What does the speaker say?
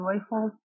joyful